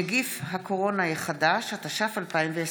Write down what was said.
נגיף הקורונה חדש), התש"ף 2020,